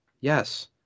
Yes